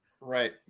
Right